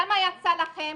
כמה יצא לכם?